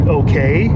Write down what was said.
okay